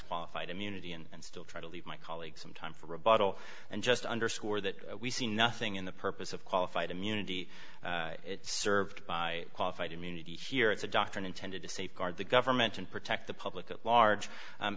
qualified immunity and still try to leave my colleagues some time for a bottle and just underscore that we see nothing in the purpose of qualified immunity served by qualified immunity here it's a doctrine intended to safeguard the government and protect the public at large